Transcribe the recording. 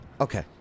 Okay